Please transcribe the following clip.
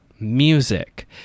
music